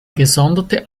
gesonderte